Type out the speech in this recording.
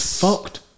fucked